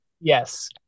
Yes